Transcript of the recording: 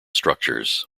structures